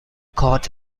cod